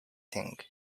thing